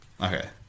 Okay